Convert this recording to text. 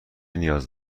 نیاز